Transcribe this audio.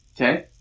Okay